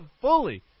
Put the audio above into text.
fully